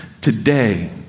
Today